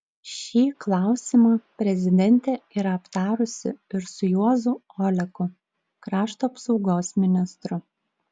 šį klausimą prezidentė yra aptarusi ir su juozu oleku krašto apsaugos ministru